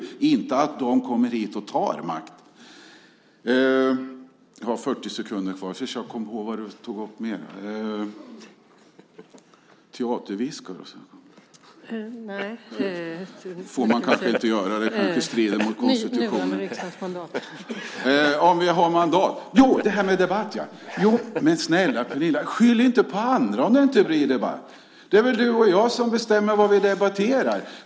EU kommer inte hit och tar makt. Skyll inte på andra om det inte blir debatt, Pernilla. Det är ju du och jag som bestämmer vad vi debatterar.